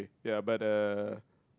ya but uh